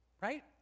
right